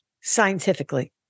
scientifically